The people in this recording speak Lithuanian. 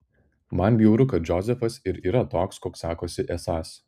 man bjauru kad džozefas ir yra toks koks sakosi esąs